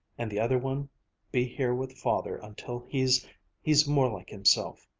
and the other one be here with father until he's he's more like himself.